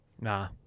Nah